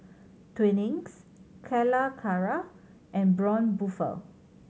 Twinings Calacara and Braun Buffel